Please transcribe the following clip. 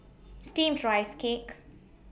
Steamed Rice Cake